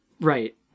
Right